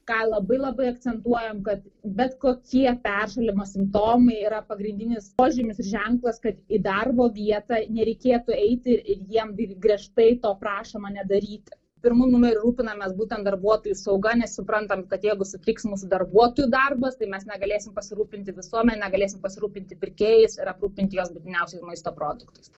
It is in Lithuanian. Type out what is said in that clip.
tą labai labai akcentuojam kad bet kokie peršalimo simptomai yra pagrindinis požymis ženklas kad į darbo vietą nereikėtų eiti ir jiem ir griežtai to prašoma nedaryti pirmu numeriu rūpinamės būtent darbuotojų sauga nes suprantam kad jeigu sutriks mūsų darbuotojų darbas tai mes negalėsim pasirūpinti visuomene negalėsim pasirūpinti pirkėjais ir aprūpinti juos būtiniausiais maisto produktais